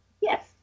Yes